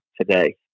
today